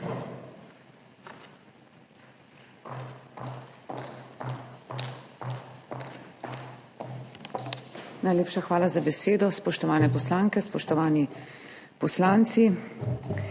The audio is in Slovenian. Najlepša hvala za besedo. Spoštovane poslanke, spoštovani poslanci!